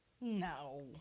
No